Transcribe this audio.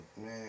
Man